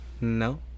No